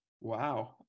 Wow